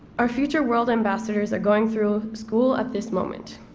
our future world ambassadors are going through school at this moment.